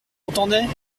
entendait